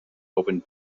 open